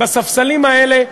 בספסלים האלה,